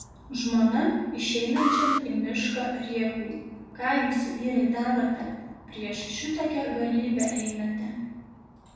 žmona išeinančiam į mišką rėkui ką jūs vyrai darote prieš šitokią galybę einate